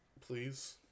please